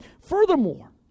Furthermore